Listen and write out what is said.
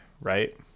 right